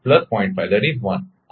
0 છે બરાબર